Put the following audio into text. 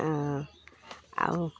ଆଉ